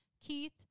Keith